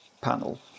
panel